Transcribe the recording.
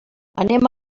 anem